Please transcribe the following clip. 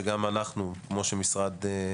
אני רוצה לשמוע מניצן כמה באמת